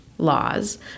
Laws